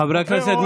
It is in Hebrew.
חברי הכנסת,